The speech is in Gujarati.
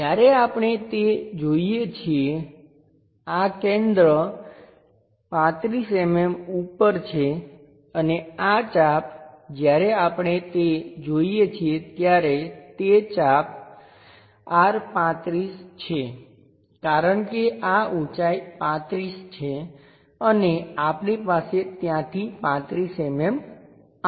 જ્યારે આપણે તે જોઈએ છીએ આ કેન્દ્ર 35 mm ઉપર છે અને આ ચાપ જ્યારે આપણે તે જોઈએ છીએ ત્યારે તે ચાપ R 35 છે કારણ કે આ ઉંચાઈ 35 છે અને આપણી પાસે ત્યાંથી 35 mm આ છે